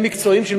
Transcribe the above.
והם מקצועיים,